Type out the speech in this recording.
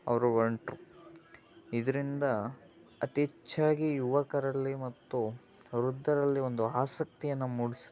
ಅವರು ಹೊಂಟ್ರು ಇದರಿಂದ ಅತಿ ಹೆಚ್ಚಾಗಿ ಯುವಕರಲ್ಲಿ ಮತ್ತು ವೃದ್ಧರಲ್ಲಿ ಒಂದು ಆಸಕ್ತಿಯನ್ನ ಮೂಡಿಸುತ್ತೆ